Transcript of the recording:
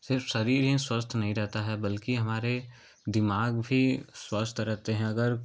सिर्फ शरीर ही स्वस्थ नहीं रहता है बल्कि हमारे दिमाग भी स्वस्थ रहते हैं अगर